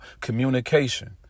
communication